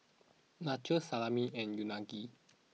Nachos Salami and Unagi